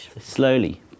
Slowly